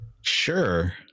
Sure